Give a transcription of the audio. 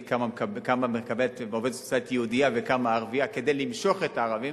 כמה מקבלת עובדת סוציאלית יהודייה וכמה ערבייה כדי למשוך את הערבים,